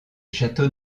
château